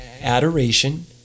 Adoration